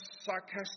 sarcastic